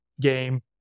game